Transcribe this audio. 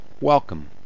welcome